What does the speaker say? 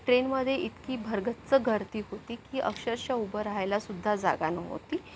ट्रेनमध्ये इतकी भरगच्च गर्दी होती की अक्षरश उभं राहायलासुद्धा जागा नव्हती